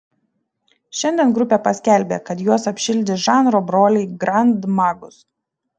šiandien grupė paskelbė kad juos apšildys žanro broliai grand magus